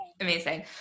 amazing